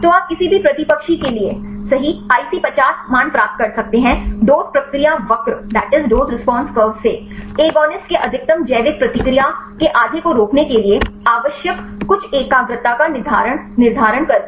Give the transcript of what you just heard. तो आप किसी भी प्रतिपक्षी के लिए सही IC50 मान प्राप्त कर सकते हैं डोज़ प्रतिक्रिया वक्र से एगोनिस्ट के अधिकतम जैविक प्रतिक्रिया के आधे को रोकने के लिए आवश्यक कुछ एकाग्रता का निर्धारण करके